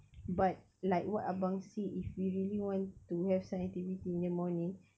but like what abang see if we really want to have some activity in the morning